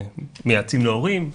מייעצים להורים.